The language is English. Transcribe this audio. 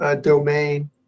domain